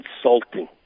insulting